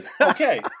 okay